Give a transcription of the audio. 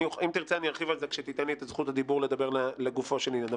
ואם תרצה אני ארחיב על זה כשתיתן לי את זכות הדיבור לגופו של עניין.